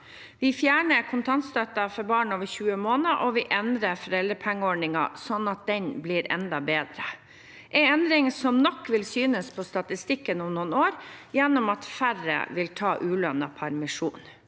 Vi fjerner kontantstøtten for barn over 20 måneder, og vi endrer foreldrepengeordningen, sånn at den blir enda bedre. Det er en endring som nok vil synes på statistikken om noen år, gjennom at færre vil ta ulønnet permisjon.